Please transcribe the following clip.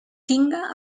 tinga